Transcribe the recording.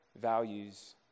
values